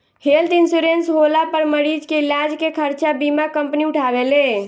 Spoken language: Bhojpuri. हेल्थ इंश्योरेंस होला पर मरीज के इलाज के खर्चा बीमा कंपनी उठावेले